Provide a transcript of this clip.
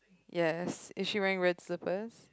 yes is she wearing red slippers